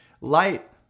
Light